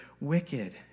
wicked